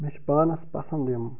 مےٚ چھِ پانَس پسنٛد یِم